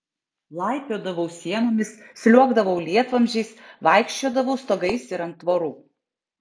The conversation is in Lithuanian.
laipiodavau sienomis sliuogdavau lietvamzdžiais vaikščiodavau stogais ir ant tvorų